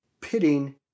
pitting